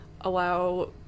allow